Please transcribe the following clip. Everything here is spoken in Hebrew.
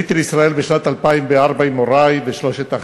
עליתי לישראל בשנת 2004 עם הורי ושלושת אחי.